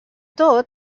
tot